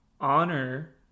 honor